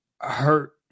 hurt